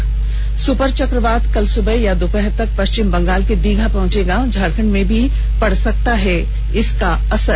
त् सुपर चक्रवात कल सुबह या दोपहर तक पश्चिम बंगाल के दीघा पहुंचेगा झारखंड में भी पड़ सकता है असर